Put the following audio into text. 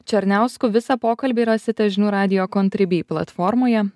černiausku visą pokalbį rasite žinių radijo kontryby platformoje